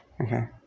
Okay